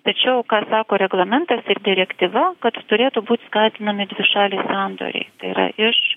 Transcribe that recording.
tačiau ką sako reglamentas ir direktyva kad turėtų būt skatinami dvišaliai sandoriai tai yra iš